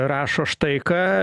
rašo štai ką